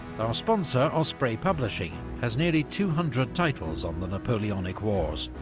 our sponsor osprey publishing has nearly two hundred titles on the napoleonic wars,